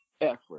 effort